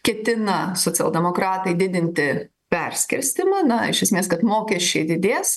ketina socialdemokratai didinti perskirstymą na iš esmės kad mokesčiai didės